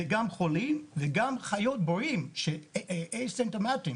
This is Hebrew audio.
חולים וחיות ללא סימפטומים,